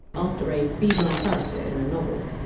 after a female character in a novel.